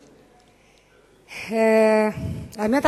האמת,